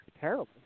Terrible